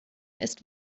ist